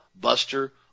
Buster